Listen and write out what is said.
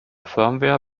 firmware